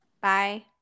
Bye